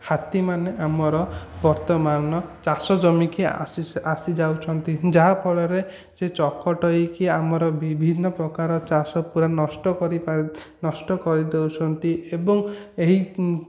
ହାତୀ ମାନେ ଆମର ବର୍ତ୍ତମାନ ଚାଷ ଜମିକି ଆସି ଆସି ଯାଉଛନ୍ତି ଯାହା ଫଳରେ ସେ ଚକଟେଇ କି ଆମର ବିଭିନ୍ନ ପ୍ରକାର ଚାଷକୁ ନଷ୍ଟ କରିପାରୁ ନଷ୍ଟ କରି ଦେଉଛନ୍ତି ଏବଂ ଏହି